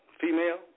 Female